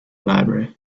library